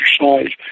exercise